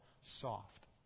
soft